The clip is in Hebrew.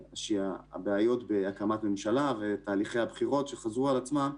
הבעיות בהקמת ממשלה ותהליכי הבחירות שחזרו על עצמן,